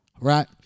right